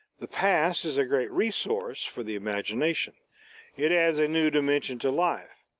the past is a great resource for the imagination it adds a new dimension to life,